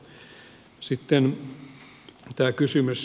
sitten tämä kysymys